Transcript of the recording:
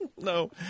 No